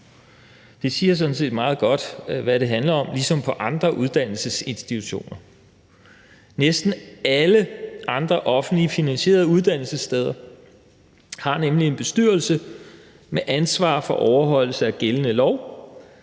set meget godt, hvad det handler om – »ligesom på andre uddannelsesinstitutioner«. Næsten alle andre offentligt finansierede uddannelsessteder har nemlig en bestyrelse med ansvar for overholdelse af gældende lov